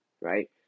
right